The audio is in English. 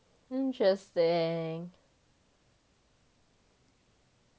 interesting